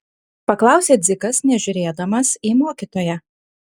paklausė dzikas nežiūrėdamas į mokytoją